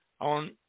On